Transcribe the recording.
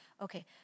Okay